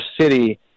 city